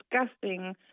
disgusting